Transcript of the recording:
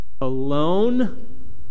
alone